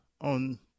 on